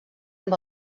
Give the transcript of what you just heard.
amb